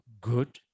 good